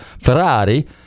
ferrari